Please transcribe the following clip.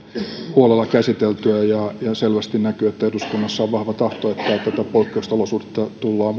huolella käsiteltyä ja selvästi näkyy että eduskunnassa on vahva tahto että näissä poikkeusolosuhteissa tullaan